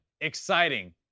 exciting